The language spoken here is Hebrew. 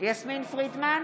יסמין פרידמן,